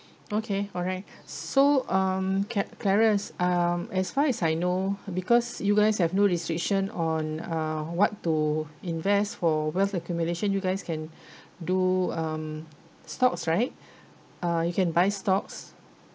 okay alright so um ca~ clarence um as far as I know because you guys have no restriction on uh what to invest for wealth accumulation you guys can do um stocks right uh you can buy stocks